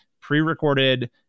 pre-recorded